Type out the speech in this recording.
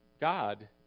god